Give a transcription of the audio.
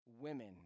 women